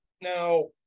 now